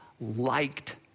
liked